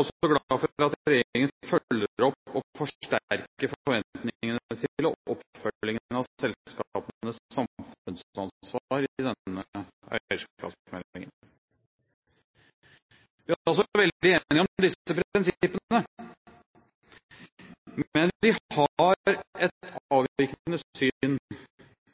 også glad for at regjeringen følger opp og forsterker forventningene til og oppfølgingen av selskapenes samfunnsansvar i denne eierskapsmeldingen. Vi er altså veldig enige om disse prinsippene, men vi har et